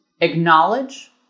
acknowledge